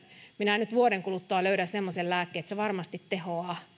minä nyt vuoden kuluttua löydän semmoisen lääkkeen että se varmasti tehoaa